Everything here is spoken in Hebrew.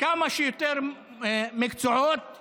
מי שרוצה קבורת שדה כנראה יצטרך לשלם על זה,